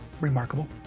Remarkable